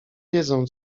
wiedzą